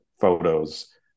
photos